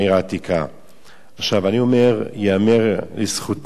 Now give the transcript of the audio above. עכשיו, אני אומר, ייאמר לזכותה של "ישיבת התפוצות"